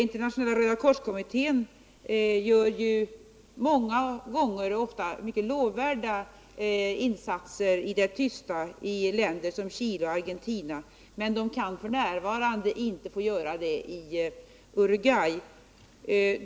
Internationella rödakorskommittén gör ofta mycket lovvärda insatser i det tysta i länder som Chile och Argentina, men de kan f. n. inte göra det i Uruguay.